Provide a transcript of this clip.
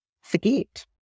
forget